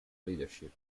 leadership